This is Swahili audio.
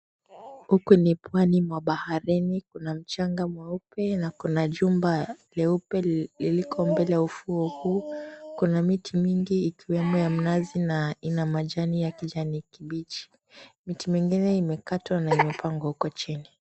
Huku ni Pwani mwa baharini kuna mchanga mweupe na kuna jumba leupe liliko mbele ya ufuo huu kuna miti mingi ikiwemo ya mnazi na ina majani ya kijani kibichi. Miti mingine imekatwa na imepangwa huko chini.